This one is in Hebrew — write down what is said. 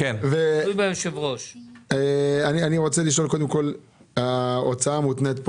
באפוטרופוס הכללי, מהי ההוצאה המותנית?